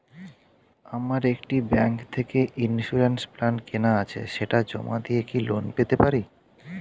আমার একটি ব্যাংক থেকে ইন্সুরেন্স প্ল্যান কেনা আছে সেটা জমা দিয়ে কি লোন পেতে পারি?